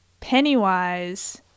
Pennywise